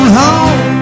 home